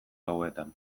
gauetan